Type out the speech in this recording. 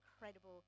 incredible